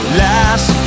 last